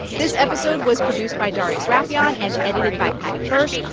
this episode was produced by darius rafieyan and edited by paddy hirsch.